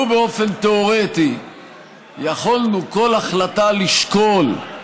לו באופן תיאורטי יכולנו כל החלטה לשקול,